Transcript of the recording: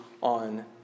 on